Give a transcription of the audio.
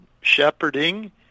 shepherding